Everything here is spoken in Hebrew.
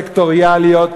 סקטוריאליות,